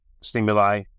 stimuli